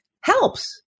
helps